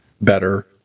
better